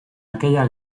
aquella